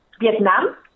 Vietnam